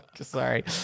Sorry